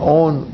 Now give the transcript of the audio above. own